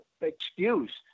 excuse